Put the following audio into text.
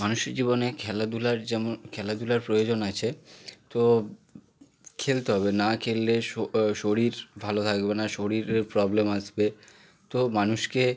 মানুষের জীবনে খেলাধূলার যেমন খেলাধূলার প্রয়োজন আছে তো খেলতে হবে না খেললে শরীর ভালো থাকবে না শরীরে প্রবলেম আসবে তো মানুষকে